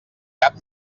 cap